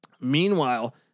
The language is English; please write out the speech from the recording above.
Meanwhile